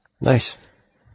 Nice